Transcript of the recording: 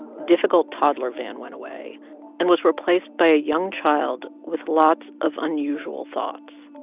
difficult toddler van went away and was replaced by a young child with lots of unusual thoughts.